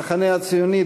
המחנה הציוני,